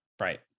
right